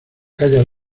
calla